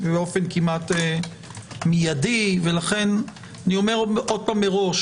להם באופן כמעט מיידי ולכן שוב אומר מראש